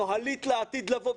נוהלית לעתיד לבוא,